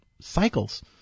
cycles